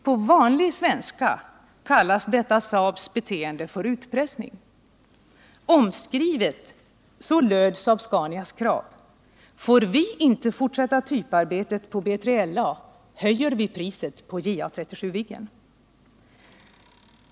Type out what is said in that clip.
På vanlig svenska kallas detta Saabs beteende för utpressning. Omskrivet löd Saab-Scanias krav: Får vi inte fortsätta typarbetet på B3LA, höjer vi priset på JA 37 Viggen.